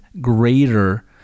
greater